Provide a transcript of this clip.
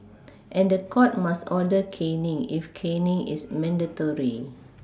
and the court must order caning if caning is mandatory